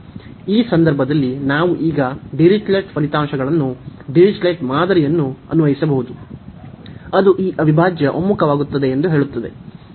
ಈ ಸಂದರ್ಭದಲ್ಲಿ ನಾವು ಈಗ ಡಿರಿಚ್ಲೆಟ್ ಫಲಿತಾಂಶಗಳನ್ನು ಡಿರಿಚ್ಲೆಟ್ ಮಾದರಿಯನ್ನು ಅನ್ವಯಿಸಬಹುದು ಅದು ಈ ಅವಿಭಾಜ್ಯ ಒಮ್ಮುಖವಾಗುತ್ತದೆ ಎಂದು ಹೇಳುತ್ತದೆ